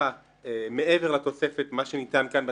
ההשלכה מעבר לתוספת, מה שניתן כאן בתקנות,